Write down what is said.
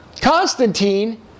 Constantine